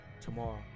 tomorrow